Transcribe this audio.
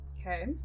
Okay